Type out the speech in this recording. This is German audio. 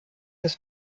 des